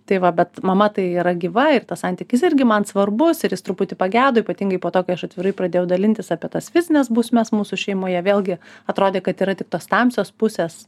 tai va bet mama tai yra gyva ir tas santykis irgi man svarbus ir jis truputį pagedo ypatingai po to kai aš atvirai pradėjau dalintis apie tas fizines bausmes mūsų šeimoje vėlgi atrodė kad yra tik tos tamsios pusės